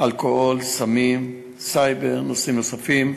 אלכוהול, סמים, סייבר ונושאים נוספים.